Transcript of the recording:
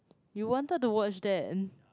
you wanted to watch that and